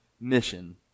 mission